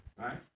right